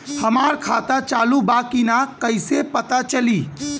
हमार खाता चालू बा कि ना कैसे पता चली?